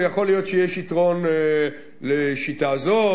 ויכול להיות שיש יתרון לשיטה זו,